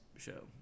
show